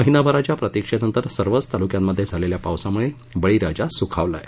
महिनाभराच्या प्रतीक्षेनंतर सर्वच तालुक्यांमध्ये झालेल्या पावसामुळे बळीराजा सुखावला आहे